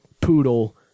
Poodle